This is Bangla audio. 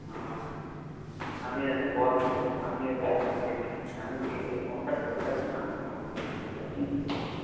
হুম আমি এসে কল কোর আমি এসে ফোন করছি আমি গিয়ে এই ফোনটা ধরে থাকবেন আমি কল করছি এই যে আমি এসে গিয়েছি